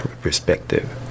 perspective